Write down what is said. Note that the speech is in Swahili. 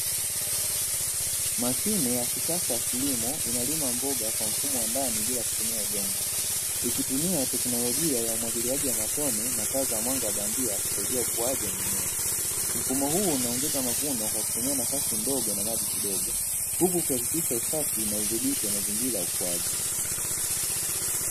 Mashine ya kisasa ya kilimo inalima mboga kwa mfumo wa ndani bila kutumia udongo, ikitumia teknolojia ya umwagiliaji wa matone na taa za mwanga wa bandia kusaidia ukuaji wa mimea, mfumo huu unaongeza mavuno kwa kutumia nafasi ndogo na maji kidogo huku ukihakikisha usafi na udhibiti wa mazingira ya ukuaji.